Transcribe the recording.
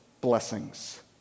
blessings